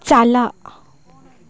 ᱪᱟᱞᱟᱜ